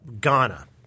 Ghana